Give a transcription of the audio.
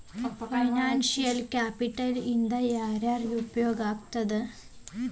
Financial capital ಇಂದಾ ಯಾರ್ಯಾರಿಗೆ ಉಪಯೊಗಾಗ್ತದ?